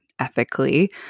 ethically